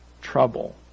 trouble